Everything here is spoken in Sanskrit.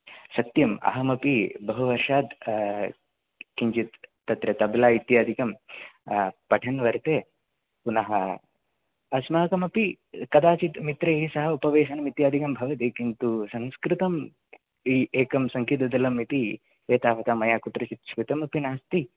सत्यम् अहमपि बहुवर्षात् किञ्चित् तत्र तबेला इत्यादिकं पठन् वर्तते पुनः अस्माकमपि कदाचित् मित्रैः सह उपवेशनम् इत्यादिकं भवति किन्तु संस्कृतम् एकं सङ्गीतदलम् इति एतावता मया कुत्रचित् श्रुतमपि नास्ति